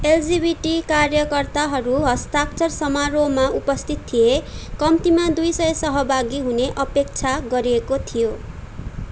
LGBT कार्यकर्ताहरू हस्ताक्षर समारोहमा उपस्थित थिए कम्तीमा दुई सय सहभागी हुने अपेक्षा गरिएको थियो